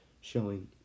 showing